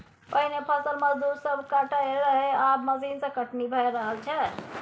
पहिने फसल मजदूर सब काटय रहय आब मशीन सँ कटनी भए रहल छै